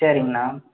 சரிங்கண்ணா